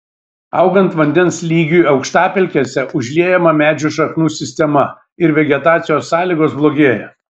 augant vandens lygiui aukštapelkėse užliejama medžių šaknų sistema ir vegetacijos sąlygos blogėja